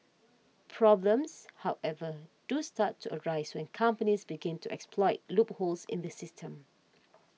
problems however do start to arise when companies begin to exploit loopholes in the system